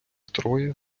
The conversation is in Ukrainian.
троє